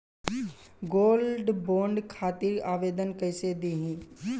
Gold bond खातिर आवेदन कैसे दिही?